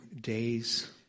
days